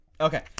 Okay